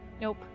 Nope